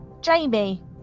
Jamie